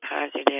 positive